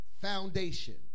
foundation